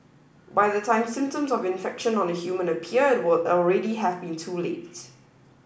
by the time symptoms of infection on a human appear it would already have been too late